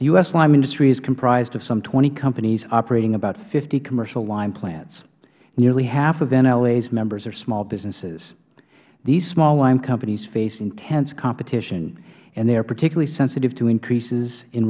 s lime industry is comprised of some twenty companies operating about fifty commercial lime plants nearly half of nla's members are small businesses these small lime companies face intense competition and they are particularly sensitive to increases in